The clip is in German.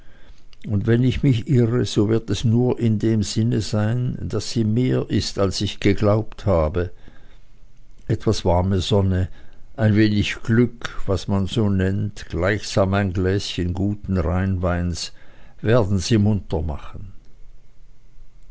und wenn ich mich irre so wird es nur in dem sinne sein daß sie mehr ist als ich geglaubt habe etwas warme sonne ein wenig glück was man so nennt gleichsam ein gläschen guten rheinweins werden sie munter machen